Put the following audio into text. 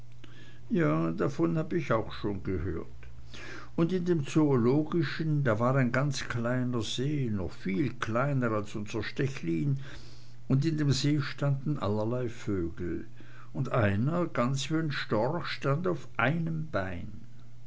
ja davon hab ich auch schon gehört und in dem zoologischen da war ein ganz kleiner see noch viel kleiner als unser stechlin und in dem see standen allerlei vögel und einer ganz wie n storch stand auf einem bein